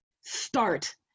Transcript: Start